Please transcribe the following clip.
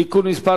(תיקון מס'